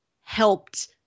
helped